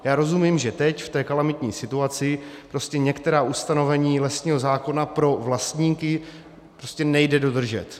Já rozumím, že teď v té kalamitní situaci některá ustanovení lesního zákona pro vlastníky prostě nejde dodržet.